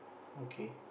okay